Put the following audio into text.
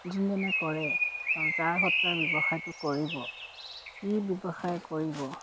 যোনজনে কৰে যাৰ ব্যৱসায়টো কৰিব কি ব্যৱসায় কৰিব